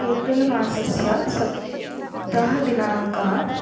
April मासस्य सप्तमदिनाङ्कः